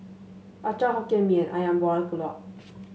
acar Hokkien Mee and ayam Buah Keluak